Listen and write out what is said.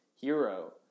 hero